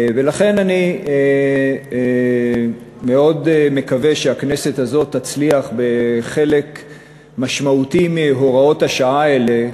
ולכן אני מאוד מקווה שהכנסת הזאת תצליח בחלק משמעותי מהוראות השעה האלה,